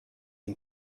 این